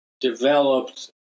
developed